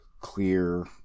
clear